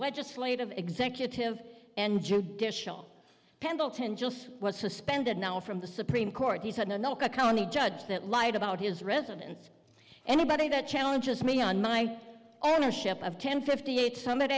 legislative executive and judicial pendleton jools was suspended now from the supreme court he said in another county judge that lied about his residence anybody that challenges me on my ownership of ten fifty eight summit